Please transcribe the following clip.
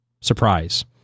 surprise